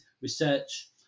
research